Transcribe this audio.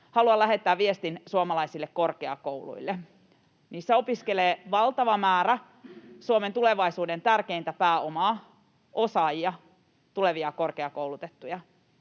haluan lähettää viestin suomalaisille korkeakouluille. Niissä opiskelee valtava määrä Suomen tulevaisuuden tärkeintä pääomaa, osaajia, tulevia korkeakoulutettuja.